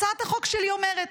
הצעת החוק שלי אומרת,